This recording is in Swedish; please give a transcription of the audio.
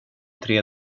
tre